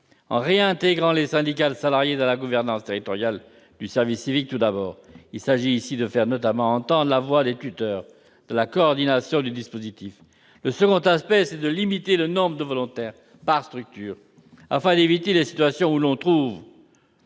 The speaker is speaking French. En réintégrant les syndicats de salariés dans la gouvernance territoriale du service civique tout d'abord. Il s'agit de faire notamment entendre la voix des tuteurs dans la coordination du dispositif. Le second aspect, c'est de limiter le nombre de volontaires par structure, afin d'éviter les situations dans